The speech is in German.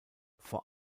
vor